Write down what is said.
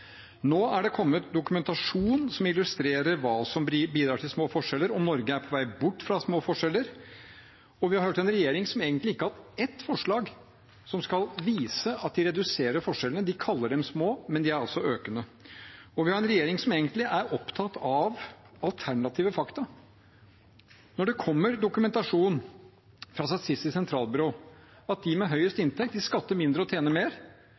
Nå er det kommet dokumentasjon som illustrerer hva som bidrar til små forskjeller, og om Norge er på vei bort fra små forskjeller. Vi har hørt en regjering som egentlig ikke har hatt ett forslag som kan vise at de reduserer forskjellene – de kaller dem små, men de er altså økende. Og vi har en regjering som egentlig er opptatt av alternative fakta. Når det kommer dokumentasjon fra Statistisk sentralbyrå om at de med høyest inntekt skatter mindre og tjener mer,